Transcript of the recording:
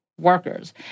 workers